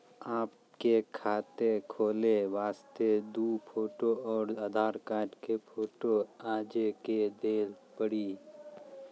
आपके खाते खोले वास्ते दु फोटो और आधार कार्ड के फोटो आजे के देल पड़ी?